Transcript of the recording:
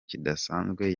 kidasanzwe